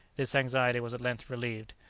this anxiety was at length relieved.